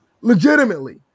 Legitimately